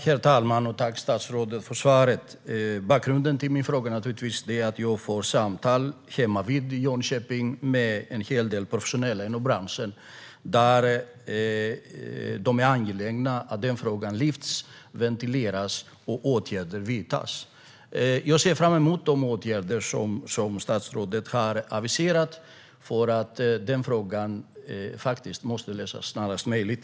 Herr talman! Tack, statsrådet, för svaret! Bakgrunden till min fråga är att jag har haft samtal hemma i Jönköping med en hel del professionella inom branschen. De är angelägna om att frågan lyfts och ventileras och att åtgärder vidtas. Jag ser fram emot de åtgärder som statsrådet har aviserat, för frågan måste faktiskt lösas snarast möjligt.